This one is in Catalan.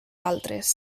altres